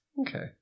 Okay